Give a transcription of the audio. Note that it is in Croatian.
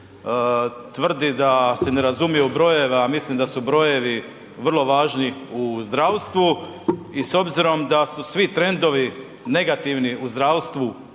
Tvrdi da se ne razumije u brojeve, a mislim da su brojevi vrlo važni u zdravstvu i s obzirom da su svi trendovi negativni u zdravstvu